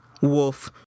wolf